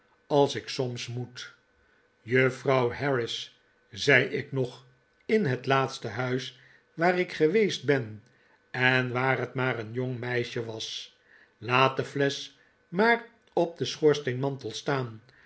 als ik soms moet juffrouw harris zei ik nog in het laatste huis waar ik geweest ben en waar het maar een jong meisje was laat de flesch maar op den schoorsteenmantel staan